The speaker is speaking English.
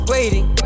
Waiting